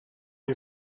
این